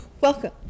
welcome